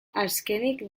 azkenik